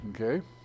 Okay